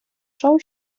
шоу